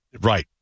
Right